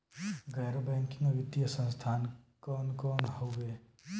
गैर बैकिंग वित्तीय संस्थान कौन कौन हउवे?